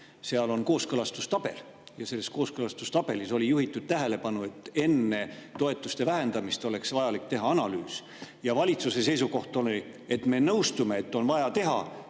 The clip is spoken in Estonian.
oli kooskõlastustabel ja selles kooskõlastustabelis oli juhitud tähelepanu, et enne toetuste vähendamist oleks vaja teha analüüs. Valitsuse seisukoht oli, et me nõustume, et on vaja teha,